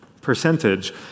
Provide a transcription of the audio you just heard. Percentage